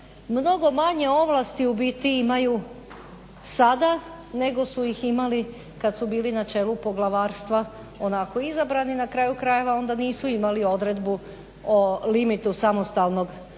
mnogo manje ovlasti u biti imaju sada nego su ih imali kad su bili na čelu poglavarstva onako izabrani, na kraju krajeva onda nisu imali odredbu o limitu samostalnog